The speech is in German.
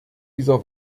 dieser